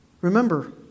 Remember